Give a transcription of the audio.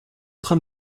train